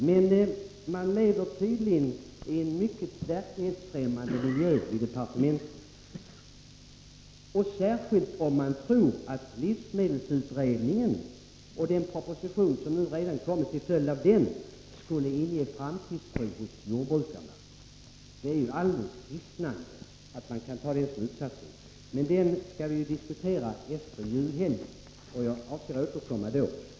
Man lever tydligen i en mycket verklighetsfrämmande miljö i departementet, särskilt om man tror att livsmedelskommittén och den proposition som regeringen nu framlagt skulle inge jordbrukarna framtidstro. Det är ju alldeles hissnande att man kan dra den slutsatsen. Men den saken skall vi diskutera efter julhelgen, och jag avser att återkomma då.